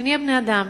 שנהיה בני-אדם,